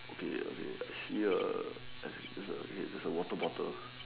okay okay I see a I think wait there's a water bottle